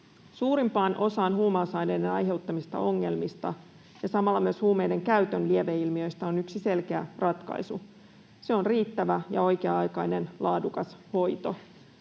Suurimpaan osaan huumausaineiden aiheuttamista ongelmista ja samalla myös huumeiden käytön lieveilmiöistä on yksi selkeä ratkaisu. Se on riittävä ja oikea-aikainen, laadukas hoito,